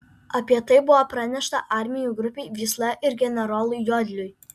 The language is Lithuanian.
apie tai buvo pranešta armijų grupei vysla ir generolui jodliui